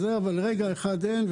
אבל רגע אחד אין,